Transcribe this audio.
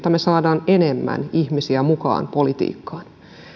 me saamme enemmän ihmisiä politiikkaan